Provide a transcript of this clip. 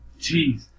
Jeez